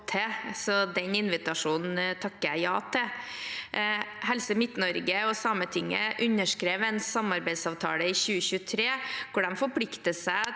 den invitasjonen takker jeg ja til. Helse Midt-Norge og Sametinget underskrev en samarbeidsavtale i 2023 hvor de forplikter seg til